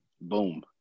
Boom